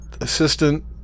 assistant